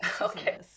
Okay